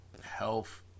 health